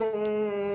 הוא הזדמנות.